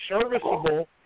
serviceable